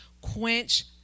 Quench